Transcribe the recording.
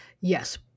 yes